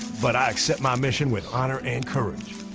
but i accept my mission with honor and courage